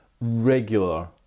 regular